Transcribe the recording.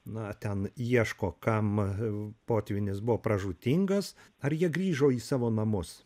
na ten ieško kam potvynis buvo pražūtingas ar jie grįžo į savo namus